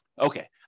Okay